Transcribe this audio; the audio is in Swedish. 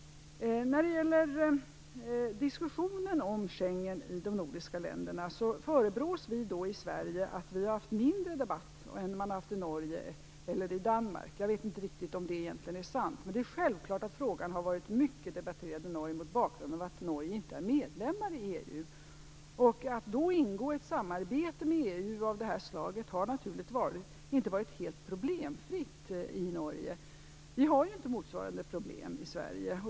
Vi i Sverige förebrås för att debatten här i landet om Schengensamarbetet har varit mindre omfattande än i Norge och Danmark. Jag vet inte om det är riktigt sant. Det är självklart att frågan har debatterats mycket i Norge, mot bakgrund av att Norge inte är medlem i EU. Att då ingå i ett samarbete med EU av detta slag har naturligtvis inte varit helt problemfritt. Vi har inte motsvarande problem i Sverige.